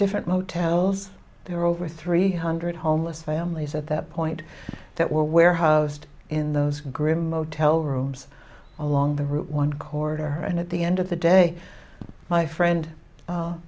different motels there were over three hundred homeless families at that point that were warehoused in those grim motel rooms along the route one corridor and at the end of the day my friend